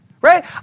right